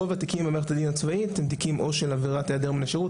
רוב התיקים במערכת הדין הצבאית הם תיקים או של עבירת היעדר מן השירות,